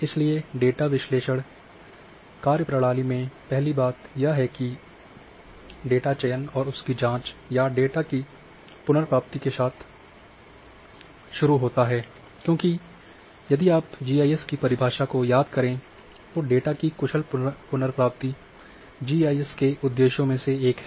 इसलिए डेटा विश्लेषण कार्य प्रणाली में पहली बात यह है कि यह डेटा चयन और उसकी जाँच या डेटा की पुनर्प्राप्ति के साथ शुरू होता है क्योंकि यदि आप जीआईएस की परिभाषा को याद करें तो डेटा की कुशल पुनर्प्राप्ति जीआईएस के उद्देश्यों में से एक है